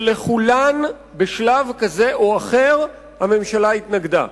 שלכולן בשלב כזה או אחר הממשלה התנגדה.